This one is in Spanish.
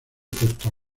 puerto